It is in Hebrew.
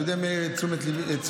אתה יודע מי העיר את תשומת ליבי?